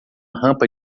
rampa